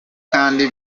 kandi